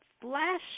flash